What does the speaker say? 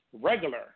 regular